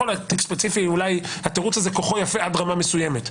ספציפית התירוץ הזה כוחו יפה עד רמה מסוימת.